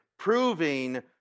Proving